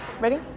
Ready